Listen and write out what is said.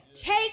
take